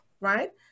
Right